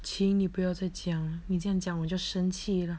请你不要再讲了你这样讲我就生气了